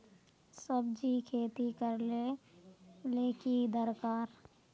सब्जी खेती करले ले की दरकार?